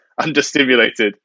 Understimulated